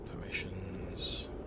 permissions